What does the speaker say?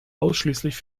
ausschließlich